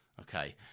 okay